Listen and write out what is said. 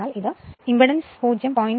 എന്നാൽ ഇംപെഡൻസിന് ശതമാനം 0